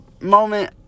moment